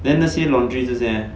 then 那些 laundry 这些